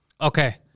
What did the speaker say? Okay